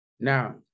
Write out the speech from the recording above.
Now